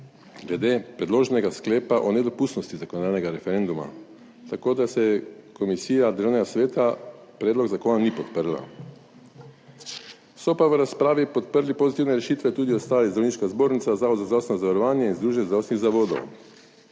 glede predloženega sklepa o nedopustnosti zakonodajnega referenduma. Tako da se Komisija Državnega sveta predlog zakona ni podprla, so pa v razpravi podprli pozitivne rešitve tudi ostali; Zdravniška zbornica, Zavod za zdravstveno zavarovanje in Združenje zdravstvenih zavodov.